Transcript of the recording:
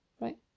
right